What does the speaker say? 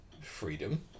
freedom